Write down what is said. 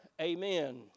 Amen